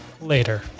later